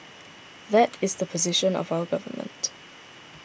that is the position of our government